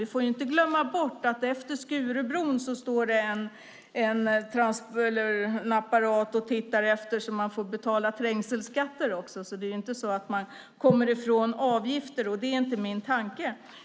Vi får inte glömma bort att efter Skurubron kommer man i ett område där man får betala trängselskatt. Det är inte så att man kommer ifrån avgifter, och det är inte min tanke heller.